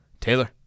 Taylor